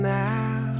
now